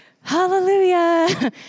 hallelujah